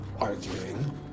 arguing